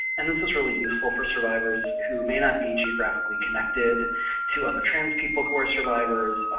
and this is really useful for survivors who may not be geographically connected to other trans people who are survivors,